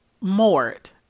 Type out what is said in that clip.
Mort